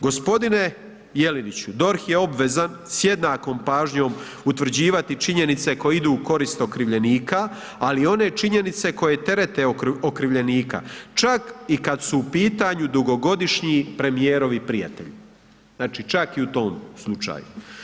Gospodine Jeleniću DORH je obvezan s jednakom pažnjom utvrđivati činjenice koje idu u korist okrivljenika, ali i one činjenice koje terete okrivljenika, čak i kada su u pitanju dugogodišnji premijerovi prijatelji, znači čak i u tom slučaju.